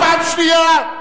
פעם שנייה.